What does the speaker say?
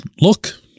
look